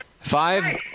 Five